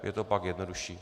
Je to pak jednodušší.